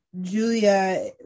julia